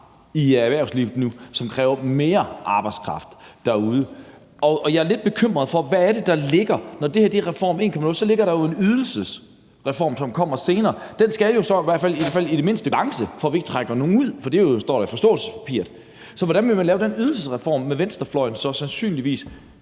i erhvervslivet nu, som kræver mere arbejdskraft derude. Jeg er lidt bekymret for, hvad det er, der ligger – når det her er reform 1.0, ligger der jo en ydelsesreform, som kommer senere. Det skal jo så i det mindste være i balance, for at vi ikke trækker nogen ud, for det står der i forståelsespapiret. Så hvordan vil man lave den ydelsesreform, sandsynligvis